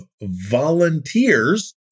volunteers